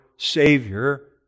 Savior